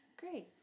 great